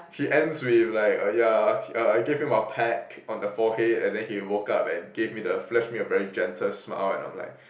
he ends with like uh ya uh I gave him a peck on the forehead and then he woke up and gave me the flash me a very gentle smile and I'm like